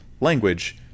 language